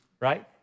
right